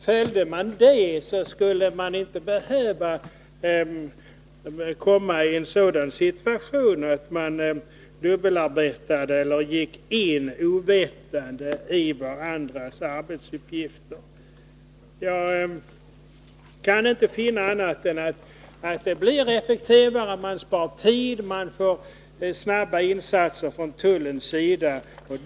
Följde man det skulle man inte behöva komma i en sådan situation att man dubbelarbetade eller ovetande gick in i varandras arbetsuppgifter. Jag kan inte finna annat än att det blir effektivare, att man spar tid och att man får snabba insatser från tullens sida genom ett samarbete.